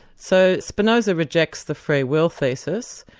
so spinoza rejects the free-will thesis,